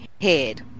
head